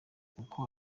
uko